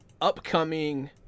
upcoming